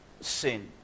sin